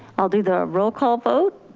i'll do the roll call vote.